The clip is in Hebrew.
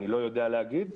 אני לא יודע להגיד.